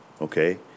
okay